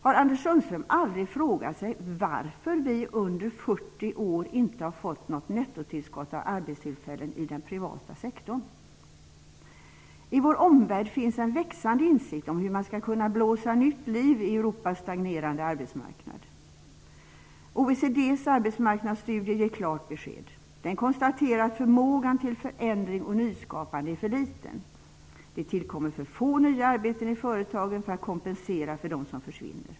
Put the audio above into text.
Har Anders Sundström aldrig frågat sig varför vi under 40 år inte har fått något nettotillskott av arbetstillfällen i den privata sektorn? I vår omvärld finns en växande insikt om hur man skall kunna blåsa nytt liv i Europas stagnerande arbetsmarknad. OECD:s arbetsmarknadsstudie ger klart besked. Den konstaterar att förmågan till förändring och nyskapande är för liten. Det tillkommer för få nya arbeten i företagen för att kompensera för dem som försvinner.